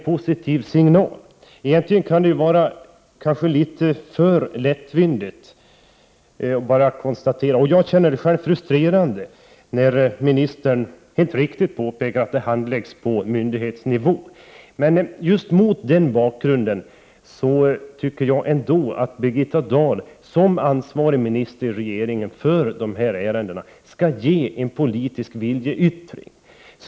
Det är egentligen litet för lättvindigt, och jag själv känner det frustrerande, när ministern helt riktigt påpekar att frågan handläggs på myndighetsnivå. Jag tycker att Birgitta Dahl som ansvarig i regeringen för dessa ärenden skall göra en politisk viljeyttring.